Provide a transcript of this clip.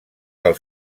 del